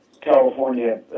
California